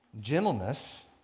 Gentleness